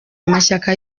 amashyaka